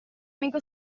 amico